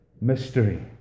mystery